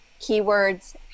keywords